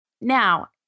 Now